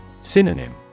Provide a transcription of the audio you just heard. Synonym